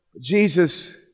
Jesus